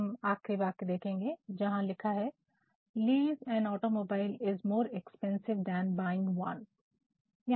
हम आख़िरी वाक्य देखेंगे जहां लिखा है " 'lease an automobile is more expensive than buying one automobile को पट्टे पर देना खरीदने से ज्यादा महंगा है'